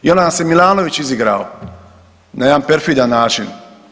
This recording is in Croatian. I onda nas je Milanović izigrao na jedan perfidan način.